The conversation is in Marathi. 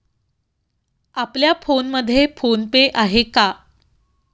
आपल्या फोनमध्ये फोन पे आहे का?